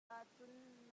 ahcun